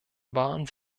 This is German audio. waren